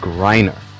Griner